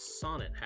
sonnet